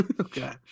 Okay